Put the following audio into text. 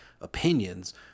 opinions